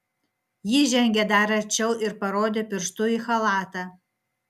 ji žengė dar arčiau ir parodė pirštu į chalatą